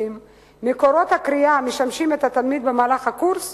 ממקורות הקריאה המשמשים את התלמיד במהלך הקורס